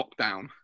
lockdown